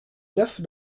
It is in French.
neuf